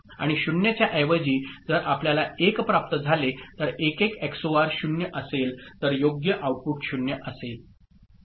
आणि 0 च्या ऐवजी जर आपल्याला 1 प्राप्त झाले तर 1 1 एक्सओआर 0 असेल तर योग्य आउटपुट 0 असेल